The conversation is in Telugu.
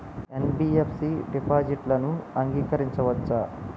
ఎన్.బి.ఎఫ్.సి డిపాజిట్లను అంగీకరించవచ్చా?